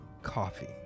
Coffee